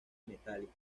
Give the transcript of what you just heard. metálica